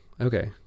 okay